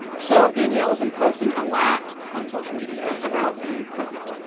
so danielle has been posting a lot on social media about being pregnant.